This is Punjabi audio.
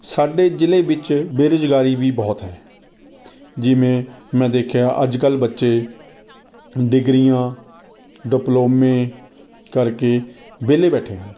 ਸਾਡੇ ਜ਼ਿਲ੍ਹੇ ਵਿੱਚ ਬੇਰੁਜ਼ਗਾਰੀ ਵੀ ਬਹੁਤ ਹੈ ਜਿਵੇਂ ਮੈਂ ਦੇਖਿਆ ਅੱਜ ਕੱਲ੍ਹ ਬੱਚੇ ਡਿਗਰੀਆਂ ਡਿਪਲੋਮੇ ਕਰਕੇ ਵਿਹਲੇ ਬੈਠੇ ਹਨ